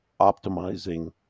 optimizing